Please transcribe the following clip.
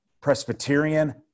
Presbyterian